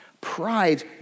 Pride